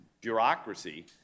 bureaucracy